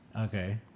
Okay